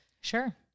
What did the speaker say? sure